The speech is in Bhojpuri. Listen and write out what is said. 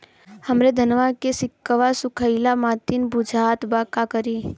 हमरे धनवा के सीक्कउआ सुखइला मतीन बुझात बा का करीं?